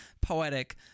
poetic